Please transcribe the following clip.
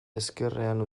ezkerrean